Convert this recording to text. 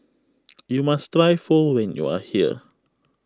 you must try Pho when you are here